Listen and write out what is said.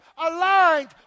aligned